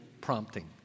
prompting